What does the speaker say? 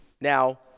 Now